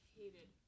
hated